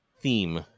theme